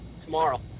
Tomorrow